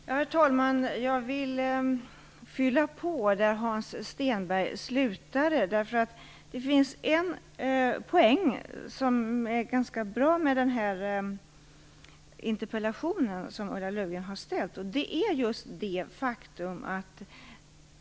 Herr talman! Jag vill fortsätta där Hans Stenberg slutade. Det finns en poäng som är bra med Ulla Löfgrens interpellation.